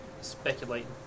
speculating